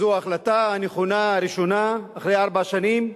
זאת ההחלטה הנכונה הראשונה אחרי ארבע שנים,